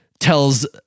tells